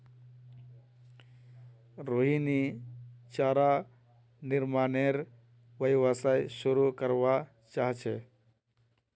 रोहिणी चारा निर्मानेर व्यवसाय शुरू करवा चाह छ